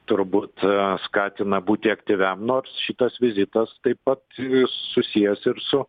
turbūt skatina būti aktyviam nors šitas vizitas taip pat susijęs ir su